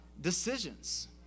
decisions